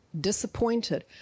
disappointed